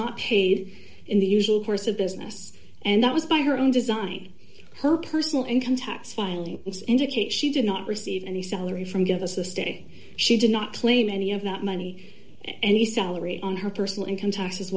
not paid in the usual course of business and that was by her own design her personal income tax filings indicate she did not receive any salary from give us this day she did not claim any of that money and the salary on her personal income taxes